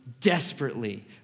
desperately